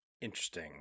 Interesting